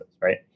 right